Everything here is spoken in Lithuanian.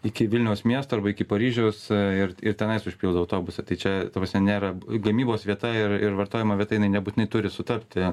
iki vilniaus miesto arba iki paryžiaus ir ir tenais užpildo autobusą tai čia nėra gamybos vieta ir ir vartojimo vieta jinai nebūtinai turi sutapti